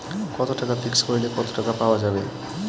কত টাকা ফিক্সড করিলে কত টাকা পাওয়া যাবে?